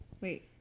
Wait